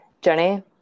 Jenny